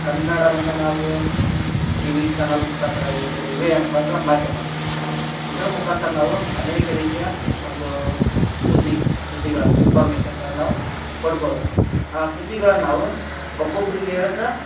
ಕನ್ನಡವನ್ನು ನಾವು TV channel ಮುಖಾಂತ್ರ ಆಗಿರ್ಬೋದು ಇವೇ ಏನಪ್ಪ ಅಂದ್ರೆ ಮಾಧ್ಯಮ ಇದರ ಮುಖಾಂತರ್ ನಾವು ಅನೇಕ ರೀತಿಯ ಒಂದೂ ಸುದ್ದಿ ಸುದ್ದಿಗಳನ್ನು ಇನ್ಫರ್ಮೇಶನ್ಗಳನ್ನು ನಾವು ಕೊಡ್ಬೋದು ಆ ಸುದ್ದಿಗಳನ್ನು ನಾವು ಒಬ್ಬೊಬ್ರಿಗೆ ಹೇಳಿದ್ರೆ